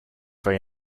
very